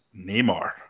Neymar